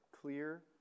clear